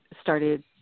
started